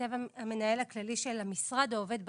ייכתב "המנהל הכללי של המשרד או עובד בכיר".